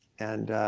and